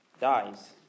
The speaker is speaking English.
dies